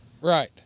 Right